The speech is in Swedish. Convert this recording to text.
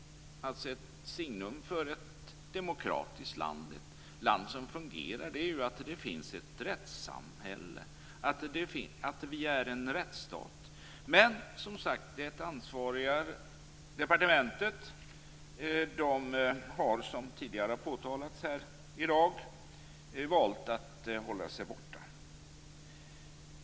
Ett signum för ett demokratiskt land, ett land som fungerar, är ju att det finns ett rättssamhälle, att det är en rättsstat. Men det ansvariga departementet har, som tidigare har påtalats här i dag, valt att hålla sig borta.